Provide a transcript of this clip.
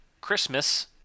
Christmas